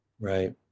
Right